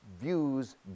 views